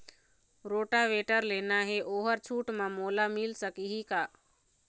Rotavator लेना हे ओहर छूट म मोला मिल सकही का?